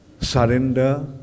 Surrender